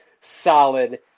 solid